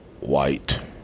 white